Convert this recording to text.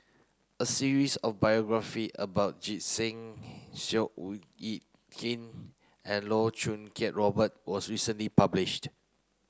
a series of biography about Singh Yit Kin and Loh Choo Kiat Robert was recently published